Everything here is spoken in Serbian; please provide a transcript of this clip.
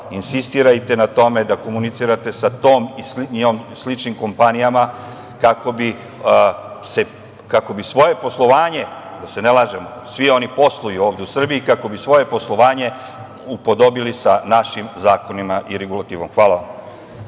Insistirajte na tome da komunicirate sa tom i sličnim kompanijama kako bi svoje poslovanje, da se ne lažemo, svi oni posluju ovde u Srbiji, upodobili sa našim zakonima i regulativom. Hvala vam.